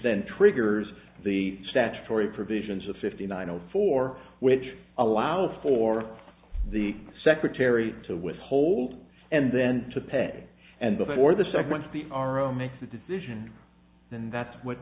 then triggers the statutory provisions of fifty nine zero four which allows for the secretary to withhold and then to pay and before the segment to be our own makes a decision and that's what